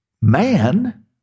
man